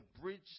bridge